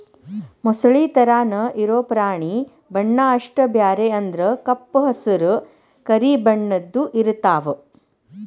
ಮೊಸಳಿ ತರಾನ ಇರು ಪ್ರಾಣಿ ಬಣ್ಣಾ ಅಷ್ಟ ಬ್ಯಾರೆ ಅಂದ್ರ ಕಪ್ಪ ಹಸರ, ಕರಿ ಬಣ್ಣದ್ದು ಇರತಾವ